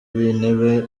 w’intebe